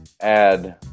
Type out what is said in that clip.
add